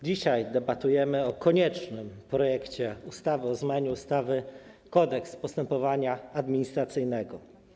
Dzisiaj debatujemy o koniecznym projekcie ustawy o zmianie ustawy - Kodeks postępowania administracyjnego.